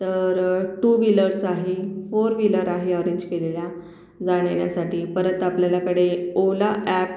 तर two wheelers आहे four wheeler आहे अरेंज केलेल्या जाण्यायेण्यासाठी परत आपल्यालाकडे ओला ॲप